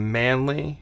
manly